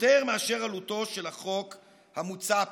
מאשר עלותו של החוק המוצע פה.